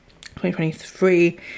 2023